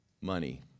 money